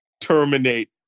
terminate